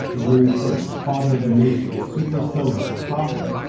the green prince, father of the nation, super silver, the prophet,